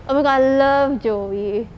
oh my god I love joey